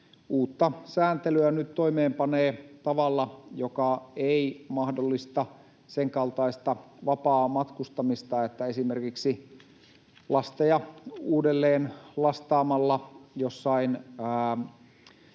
uutta sääntelyä nyt toimeenpanee tavalla, joka ei mahdollista senkaltaista vapaamatkustamista, että esimerkiksi lasteja uudelleen lastaamalla jossain